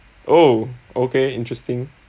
oh okay interesting